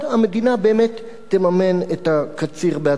המדינה באמת תממן את הקציר בעצמה.